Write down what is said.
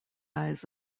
eyes